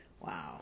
Wow